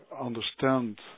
understand